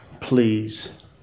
please